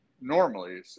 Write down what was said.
normally